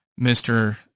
Mr